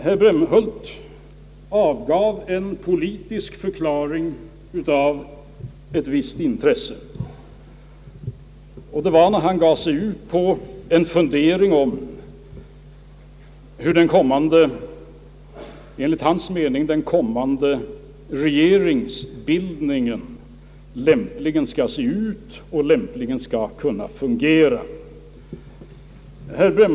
Herr Andersson gjorde en politisk deklaration av ett visst intresse, när han gav sig in på några funderingar om hur den enligt hans mening kommande borgerliga regeringsbildningen lämpligen bör se ut och kunna fungera.